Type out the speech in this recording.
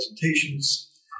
presentations